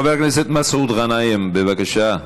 חבר הכנסת מסעוד גנאים, בבקשה.